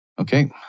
Okay